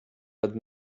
had